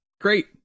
great